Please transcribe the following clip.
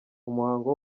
umuhango